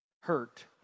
hurt